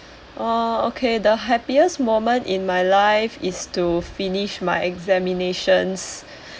uh okay the happiest moment in my life is to finish my examinations